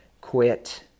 quit